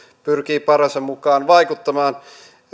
pyrkii parhaansa mukaan vaikuttamaan